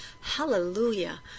Hallelujah